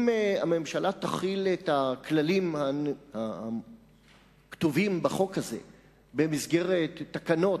אם הממשלה תחיל את הכללים הכתובים בהצעת החוק הזאת במסגרת תקנות,